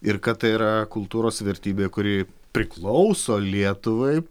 ir kad tai yra kultūros vertybė kuri priklauso lietuvai